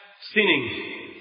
sinning